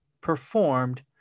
performed